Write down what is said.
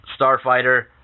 starfighter